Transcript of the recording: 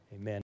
Amen